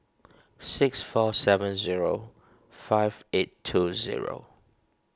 six four seven zero five eight two zero